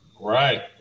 Right